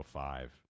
five